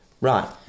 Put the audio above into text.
Right